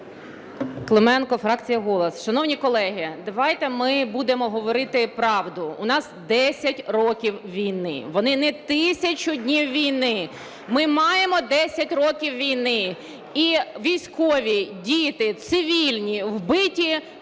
Шановні колеги, давайте ми будемо говорити правду. У нас 10 років війни. Вони не тисячу днів війни. Ми маємо 10 років війни. І військові, діти, цивільні, вбиті